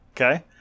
okay